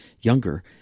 younger